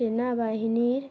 সেনা বাহিনীর